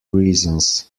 reasons